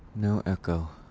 no echo.